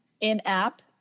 in-app